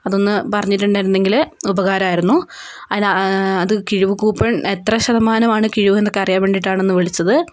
അതൊന്ന് പറഞ്ഞിട്ടുണ്ടായിരുന്നെങ്കിൽ ഉപകാരമായിരുന്നു ആതിന് അത് കിഴിവ് കൂപ്പൺ എത്ര ശതമാനമാണ് കിഴിവെന്നൊക്കെ അറിയാൻ വേണ്ടിയിട്ടാണൊന്ന് വിളിച്ചത്